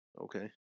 Okay